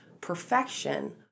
perfection